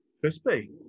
Crispy